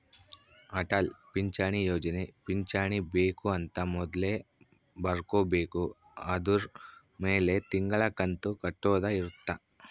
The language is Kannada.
ಅಟಲ್ ಪಿಂಚಣಿ ಯೋಜನೆ ಪಿಂಚಣಿ ಬೆಕ್ ಅಂತ ಮೊದ್ಲೇ ಬರ್ಕೊಬೇಕು ಅದುರ್ ಮೆಲೆ ತಿಂಗಳ ಕಂತು ಕಟ್ಟೊದ ಇರುತ್ತ